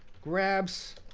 grabs